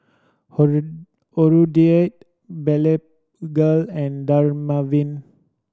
Hirudoid Blephagel and Dermaveen